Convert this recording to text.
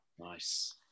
nice